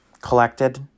collected